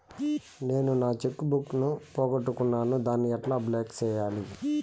నేను నా cheque book ను పోగొట్టుకున్నాను దాన్ని ఎట్లా బ్లాక్ సేయాలి?